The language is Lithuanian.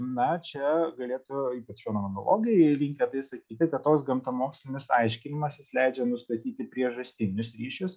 na čia galėtų ypač imonologai ir įkvepia sakyti kad toks gamtamokslinis aiškinimasis leidžia nustatyti priežastinius ryšius